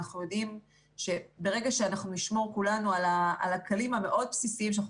אנחנו יודעים שברגע שאנחנו נשמור כולנו על הכללים המאוד בסיסים שאנחנו